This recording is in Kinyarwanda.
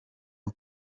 ngo